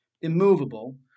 immovable